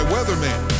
Weatherman